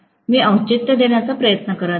मी औचित्य देण्याचा प्रयत्न करीत आहे